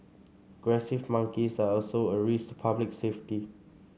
aggressive monkeys are also a risk public safety